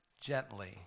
gently